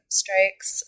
strikes